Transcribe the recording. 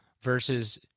versus